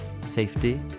safety